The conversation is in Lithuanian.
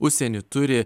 užsieny turi